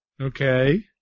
Okay